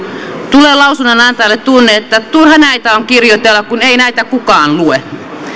tulee lausunnonantajalle tunne että turha näitä on kirjoitella kun ei näitä kukaan lue